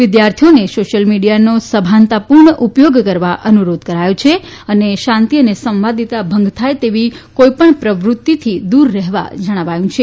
વિદ્યાર્થીઓને સોશ્યલ મિડીયાનો સભાનતાપૂર્ણ ઉપયોગ કરવા અનુરોધ કરાયો છે અને શાંતિ અને સંવાદિત ભંગ થાય તેની કોઇપણ પ્રવૃત્તિથી દૂર રહેવા જણાવાયું છે